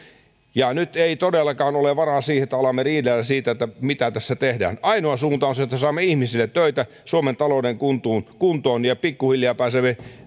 nyt ei todellakaan ole varaa siihen että alamme riidellä siitä mitä tässä tehdään ainoa suunta on se että saamme ihmisille töitä suomen talouden kuntoon kuntoon ja pikkuhiljaa pääsemme